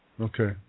Okay